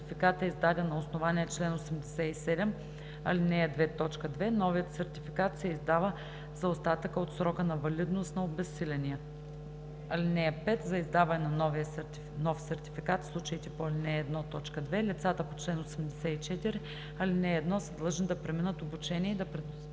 сертификат е издаден на основание чл. 87, ал. 2, т. 2, новият сертификат се издава за остатъка от срока на валидност на обезсиления. (5) За издаване на нов сертификат в случаите по ал. 1, т. 2 лицата по чл. 84, ал. 1 са длъжни да преминат обучение и да представят